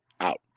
out